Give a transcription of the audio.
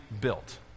built